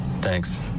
Thanks